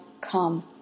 come